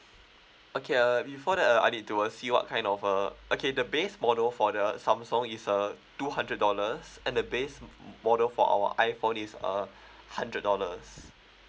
okay err before that err I need to uh see what kind of uh okay the base model for the samsung is uh two hundred dollars and the base m~ model for our iphone is err hundred dollars